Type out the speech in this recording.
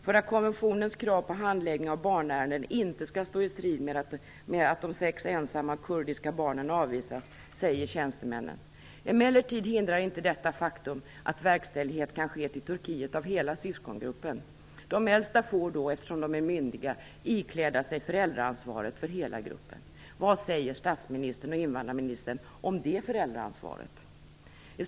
För att konventionens krav på handläggning av barnärenden inte skall stå i strid med att de sex ensamma kurdiska barnen avvisas säger tjänstemännen: "Emellertid hindrar inte detta faktum att verkställighet kan ske till Turkiet av hela syskongruppen. De äldsta får då, eftersom de är myndiga, ikläda sig ́föräldraansvaret ́ för hela gruppen." Vad säger statsministern och invandrarminister om det föräldraansvaret?